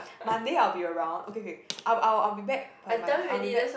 Monday I will be around okay okay I'll I will be back by Mon I will be back